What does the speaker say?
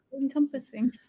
Encompassing